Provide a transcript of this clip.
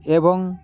ଏବଂ